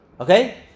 Okay